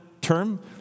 term